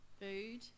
Food